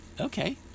Okay